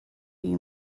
you